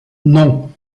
non